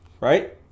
right